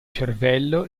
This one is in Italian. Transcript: cervello